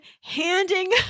handing